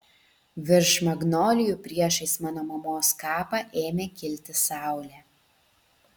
virš magnolijų priešais mano mamos kapą ėmė kilti saulė